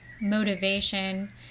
motivation